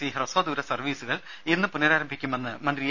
C ഹ്രസ്വ ദൂര സർവീസുകൾ ഇന്ന് പുനരാരംഭിക്കുമെന്ന് മന്ത്രി എ